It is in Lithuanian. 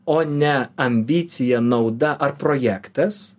o ne ambicija nauda ar projektas